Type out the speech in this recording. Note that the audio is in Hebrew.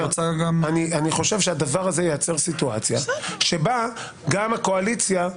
אני חושב שהדבר הזה ייצר סיטואציה שבה גם הקואליציה,